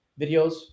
videos